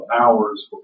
hours